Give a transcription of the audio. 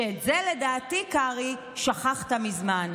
ואת זה, לדעתי, קרעי, שכחת מזמן,